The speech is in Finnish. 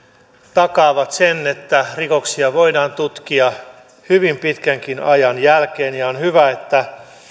takaavat sen että rikoksia voidaan tutkia hyvin pitkänkin ajan jälkeen ja on hyvä että